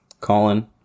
Colin